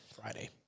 Friday